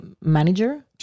manager